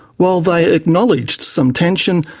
while they acknowledged some tension,